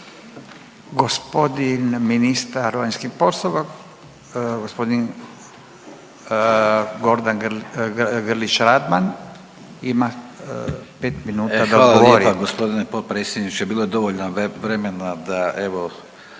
Hvala lijepa g. potpredsjedniče. Bilo je dovoljno vremena da evo